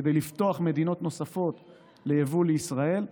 כדי לפתוח מדינות נוספות ליבוא לישראל,